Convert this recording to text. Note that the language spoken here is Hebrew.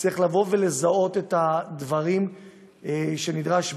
צריך לבוא ולזהות את הדברים שנדרשים,